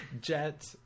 Jet